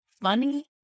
funny